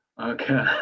okay